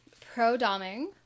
pro-doming